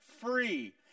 free